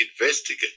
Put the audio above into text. investigate